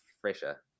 fresher